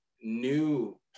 new